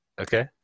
Okay